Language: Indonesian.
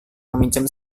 meminjam